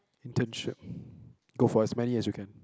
internship go for as many as you can